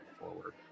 forward